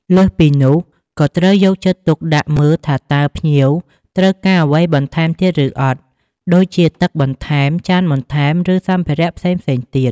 លើសពីនោះក៏ត្រូវយកចិត្តទុកដាក់មើលថាតើភ្ញៀវត្រូវការអ្វីបន្ថែមទៀតឬអត់ ដូចជា ទឹកបន្ថែម ចានបន្ថែម ឬសម្ភារៈផ្សេងៗទៀត។